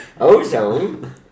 Ozone